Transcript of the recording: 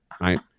Right